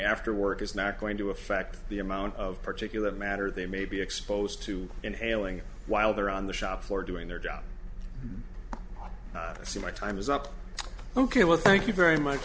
after work is not going to affect the amount of particulate matter they may be exposed to inhaling it while they're on the shop floor doing their job see my time is up ok well thank you very much